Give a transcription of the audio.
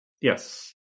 Yes